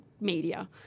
media